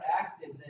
active